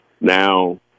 Now